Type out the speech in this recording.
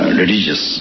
religious